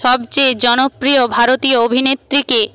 সবচেয়ে জনপ্রিয় ভারতীয় অভিনেত্রী কে